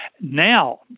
Now